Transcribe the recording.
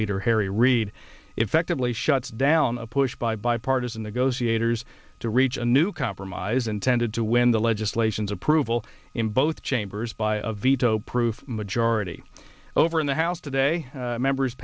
leader harry reid effectively shuts down a push by bipartisan negotiators to reach a new compromise intended to win the legislations approval in both chambers by a veto proof majority over in the house today members